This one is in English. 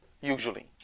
usually